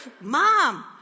mom